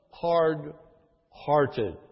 hard-hearted